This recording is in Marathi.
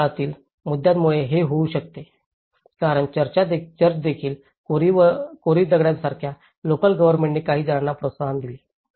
कार्यकाळातील मुद्द्यांमुळेच हे होऊ शकते कारण चर्चसारख्या कोरीव दगडासारख्या लोकल गव्हर्नमेंटने काही जणांना प्रोत्साहन दिले